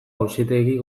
auzitegi